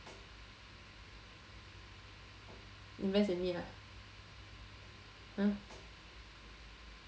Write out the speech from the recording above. invest in me ah !huh!